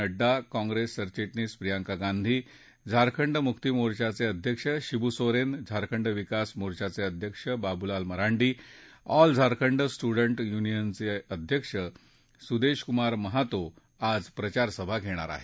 नङ्डा काँप्रेस सरचिटणीस प्रियंका गांधी झारखंड मुक्ति मोर्चाचे अध्यक्ष शिबू सोरेन झारखंड विकास मोर्चाचे अध्यक्ष बाबूलाल मरांडी ऑल झारखंड स्टुंडट युनियनचे अध्यक्ष सुदेश कुमार महातो आज प्रचारसभा घेणार आहेत